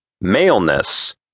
Maleness